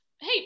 hey